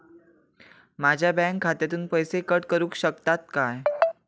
माझ्या बँक खात्यासून पैसे कट करुक शकतात काय?